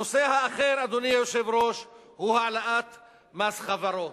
הנושא האחר, אדוני היושב-ראש, הוא העלאת מס חברות.